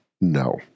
No